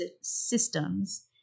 systems